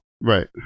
Right